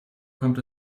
kommt